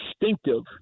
instinctive